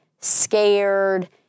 scared